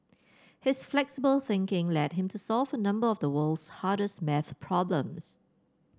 his flexible thinking led him to solve a number of the world's hardest maths problems